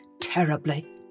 terribly